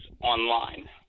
online